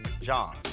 John